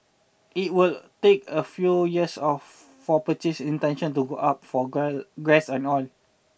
it would take a few years of for purchase intention to go up for gas and oil